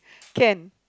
can